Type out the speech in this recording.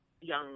Young